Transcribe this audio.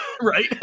right